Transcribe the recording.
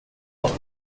aus